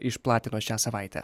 išplatino šią savaitę